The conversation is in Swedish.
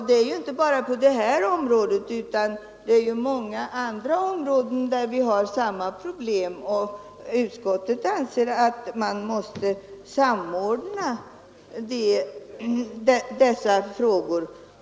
Det är inte bara på det här området utan även på många andra vi har samma problem, och utskottet anser att man måste samordna dessa frågor.